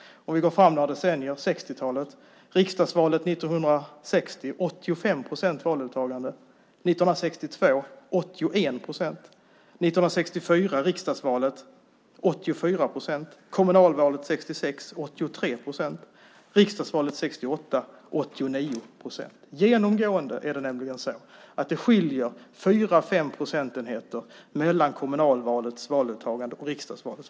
Vi kan gå framåt några decennier till 1960-talet. 1960 var deltagandet i riksdagsvalet 85 procent och 1962 var det 81 procent. I 1964 års riksdagsval var det 84 procent, i kommunalvalet 1966 var det 83 procent, och i riksdagsvalet 1968 var det 89 procent. Genomgående skiljer det 4-5 procentenheter mellan deltagandet i kommunalvalet och i riksdagsvalet.